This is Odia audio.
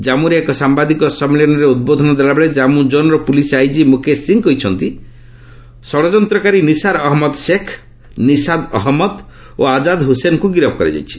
ଜାମ୍ମୁରେ ଏକ ସାମ୍ଭାଦିକ ସମ୍ମିଳନୀରେ ଉଦ୍ବୋଧନ ଦେଲାବେଳେ ଜାମ୍ମୁ ଜୋନ୍ର ପୁଲିସ୍ ଆଇଜି ମୁକେଶ ସିଂହ କହିଛନ୍ତି ଷଡ଼ଯନ୍ତ୍ରକାରୀ ନିଶାର ଅହମ୍ମଦ ଶେଖ୍ ନିଶାଦ୍ ଅହମ୍ମଦ୍ ଓ ଆକାଦ୍ ହୁସେନ୍କୁ ଗିରଫ୍ କରାଯାଇଛି